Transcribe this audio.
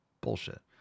Bullshit